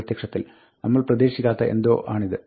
പ്രത്യക്ഷത്തിൽ നമ്മൾ പ്രതീക്ഷിക്കാത്ത എന്തോ ആണിത്